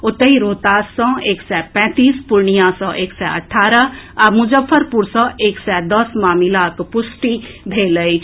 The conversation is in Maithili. ओतहि रोहतास सँ एक सय पैंतीस पूर्णियां सँ एक सय अठारह आ मुजफ्फरपुर सँ एक सय दस मामिलाक पुष्टि भेल अछि